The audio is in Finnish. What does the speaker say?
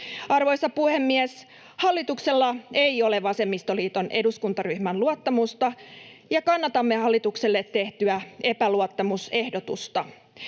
Arvoisa puhemies! Hallituksella ei ole vasemmistoliiton eduskuntaryhmän luottamusta, ja kannatamme hallitukselle tehtyä epäluottamusehdotusta.